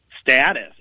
status